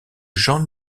jean